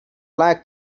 like